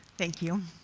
thank you.